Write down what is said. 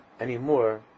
anymore